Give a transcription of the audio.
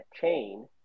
chain